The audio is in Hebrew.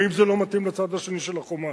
האם זה לא מתאים לצד השני של החומה?